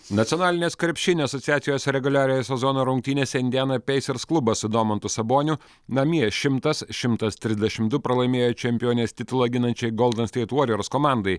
nacionalinės krepšinio asociacijos reguliariojo sezono rungtynėse indiana pacers klubas su domantu saboniu namie šimtas šimtas trisdešimt du pralaimėjo čempionės titulą ginančiai golden state warriors komandai